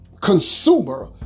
consumer